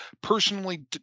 personally